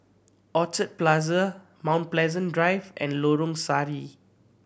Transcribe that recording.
Orchard Plaza Mount Pleasant Drive and Lorong Sari